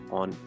on